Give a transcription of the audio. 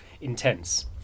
intense